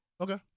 Okay